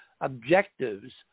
objectives